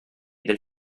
del